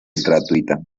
gratuita